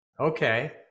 Okay